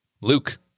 Luke